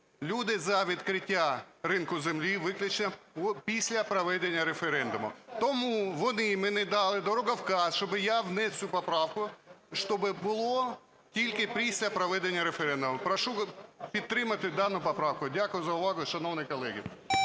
Люди за відкриття ринку землі виключно після проведення референдуму. Тому вони мені дали дороговказ, щоб я вніс цю поправку, щоб було тільки після проведення референдуму. Прошу підтримати дану поправку. Дякую за увагу, шановні колеги.